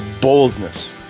boldness